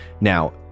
Now